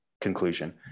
conclusion